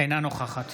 אינה נוכחת